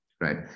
right